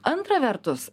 antra vertus